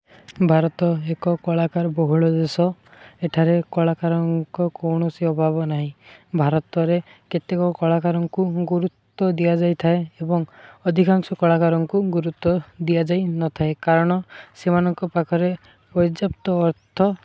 ଭାରତ ଏକ କଳାକାର ବହୁଳ ଦେଶ ଏଠାରେ କଳାକାରଙ୍କ କୌଣସି ଅଭାବ ନାହିଁ ଭାରତରେ କେତେକ କଳାକାରଙ୍କୁ ଗୁରୁତ୍ୱ ଦିଆଯାଇଥାଏ ଏବଂ ଅଧିକାଂଶ କଳାକାରଙ୍କୁ ଗୁରୁତ୍ୱ ଦିଆଯାଇନଥାଏ କାରଣ ସେମାନଙ୍କ ପାଖରେ ପର୍ଯ୍ୟାପ୍ତ ଅର୍ଥ